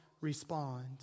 respond